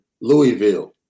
Louisville